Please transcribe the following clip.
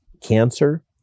cancer